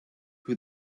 who